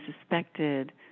suspected